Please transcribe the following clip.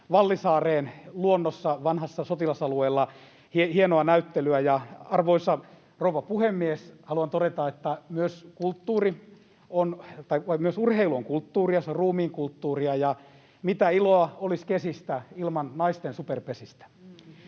Vallisaareen luonnossa, vanhalla sotilasalueella. Arvoisa rouva puhemies! Haluan todeta, että myös urheilu on kulttuuria, se on ruumiinkulttuuria. Mitä iloa olisi kesistä ilman naisten Superpesistä?